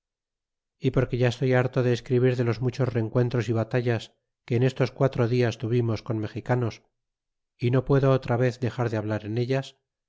y porque ya estoy harto de escribir de los muchos rencuentros y batallas que en estos quatro dias tuvimos con mexicanos é no puedo otra vez de xar de hablar en ellas